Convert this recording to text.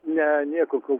ne nieko kol